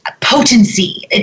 Potency